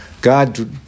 God